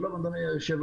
שלום, אדוני היושב-ראש,